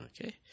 Okay